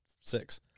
six